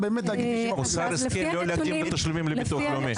מוסר ההשכל: לא להגזים בתשלומים לביטוח לאומי.